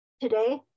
today